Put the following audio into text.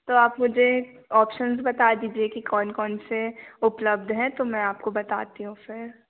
तो आप मुझे ऑप्शन्स बता दीजिए कि कौन कौन से उपलब्ध हैं तो मैं आपको बताती हूँ फिर